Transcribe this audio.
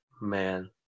man